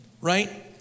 right